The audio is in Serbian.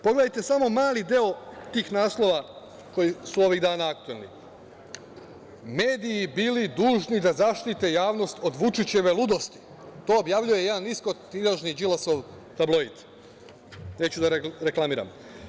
Pogledajte samo mali deo tih naslova koji su ovih dana aktuelni - mediji bili dužni da zaštite javnost od Vučićeve ludosti, to objavljuje jedan niskotiražni Đilasov tabloid, neću da reklamiram.